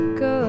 go